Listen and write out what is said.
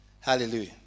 Hallelujah